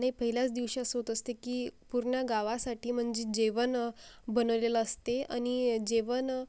नाही पहिल्याच दिवशी असं होत असते की पूर्ण गावासाठी म्हणजे जेवण बनवलेलं असते आणि जेवण